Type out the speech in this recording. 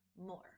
more